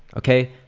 okay?